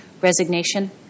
resignation